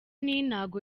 ntabwo